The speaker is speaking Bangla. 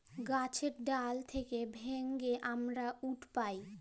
গাহাচের ডাল থ্যাইকে ভাইঙে কাটে আমরা উড পায়